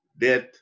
death